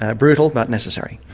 ah brutal, but necessary.